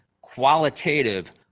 qualitative